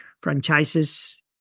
franchises